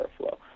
airflow